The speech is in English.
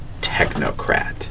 technocrat